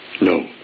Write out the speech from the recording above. No